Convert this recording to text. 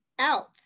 out